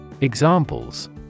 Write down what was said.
Examples